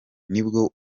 nibwo